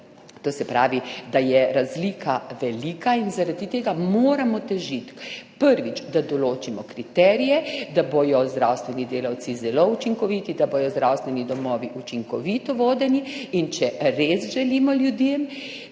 To se pravi, da je razlika velika, in zaradi tega moramo težiti, prvič, da določimo kriterije, da bodo zdravstveni delavci zelo učinkoviti, da bodo zdravstveni domovi učinkovito vodeni, in če res želimo ljudem skrajšati